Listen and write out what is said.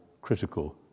critical